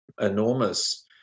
enormous